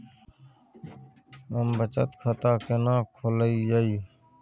हम बचत खाता केना खोलइयै?